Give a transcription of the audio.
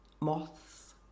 Moths